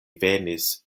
venis